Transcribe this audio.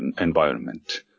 environment